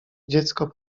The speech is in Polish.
dziecko